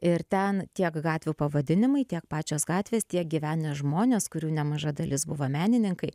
ir ten tiek gatvių pavadinimai tiek pačios gatvės tiek gyvenę žmonės kurių nemaža dalis buvo menininkai